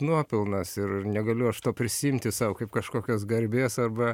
nuopelnas ir ir negaliu aš to prisiimti sau kaip kažkokios garbės arba